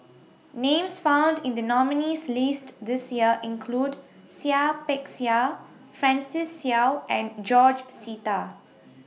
Names found in The nominees' list This Year include Seah Peck Seah Francis Seow and George Sita